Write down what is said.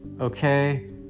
okay